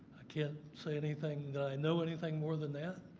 i can't say anything, that i know anything more than that.